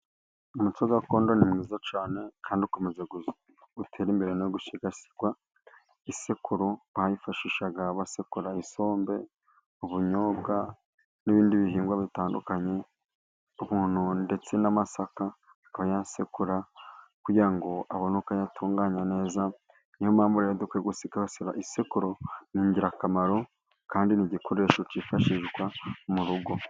Umuco gakondo ni mwiza cyane kandi ukomeza utera imbere no gusigasirwa, isekuro bayifashishaga basekura isombe, ubunyobwa n'ibindi bihingwa bitandukanye ndetse n'amasaka akayasekura kugira ngo abone uko yatunganya neza. Niyo mpamvu rero dukwiye gusigasira isekuro ni ingirakamaro kandi ni igikoresho cyifashishwa mu rugo.